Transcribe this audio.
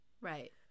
right